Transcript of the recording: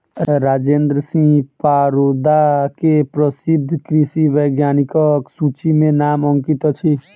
राजेंद्र सिंह परोदा के प्रसिद्ध कृषि वैज्ञानिकक सूचि में नाम अंकित अछि